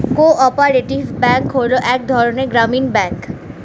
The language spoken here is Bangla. কো অপারেটিভ ব্যাঙ্ক হলো এক ধরনের গ্রামীণ ব্যাঙ্ক